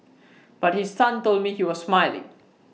but his son told me he was smiling